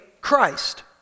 Christ